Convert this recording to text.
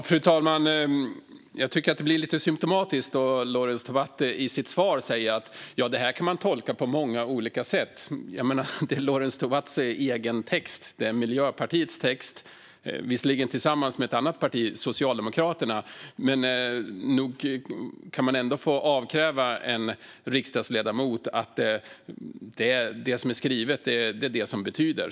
Fru talman! Det är lite symtomatiskt att Lorentz Tovatt säger i sitt svar att det kan tolkas på många olika sätt. Det är ju Lorentz Tovatts och Miljöpartiets egen text. Visserligen har de skrivit den tillsammans med ett annat parti, Socialdemokraterna, men nog ska man ändå kunna avkräva riksdagsledamoten ett svar på vad det som de har skrivit betyder.